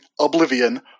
oblivion